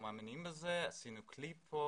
עשינו כאן קליפ.